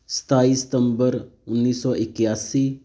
ਸਤਾਈ ਸਤੰਬਰ ਉੱਨੀ ਸੌ ਇਕਿਆਸੀ